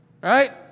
right